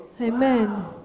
amen